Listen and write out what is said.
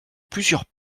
plusieurs